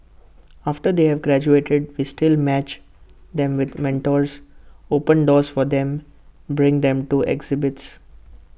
after they have graduated we still match them with mentors open doors for them bring them to exhibits